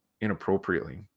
inappropriately